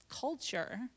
culture